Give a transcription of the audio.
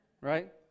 Right